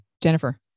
jennifer